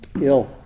ill